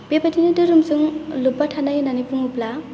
बेबादिनो धोरोमजों लोबबा थानाय होननानै बुङोब्ला